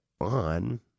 on